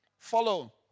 Follow